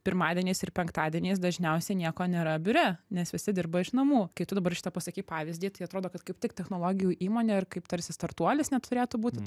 pirmadieniais ir penktadieniais dažniausiai nieko nėra biure nes visi dirba iš namų tai tu dabar šitą pasakei pavyzdį tai atrodo kad kaip tik technologijų įmonė ir kaip tarsi startuolis neturėtų būti